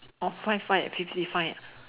hor five five fifty five ah